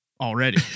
already